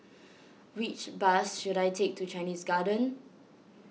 which bus should I take to Chinese Garden